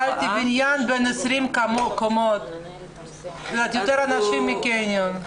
בניין בן 20 קומות, זה יותר אנשים מקניון.